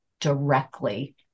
directly